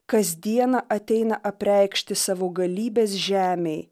kasdieną ateina apreikšti savo galybės žemei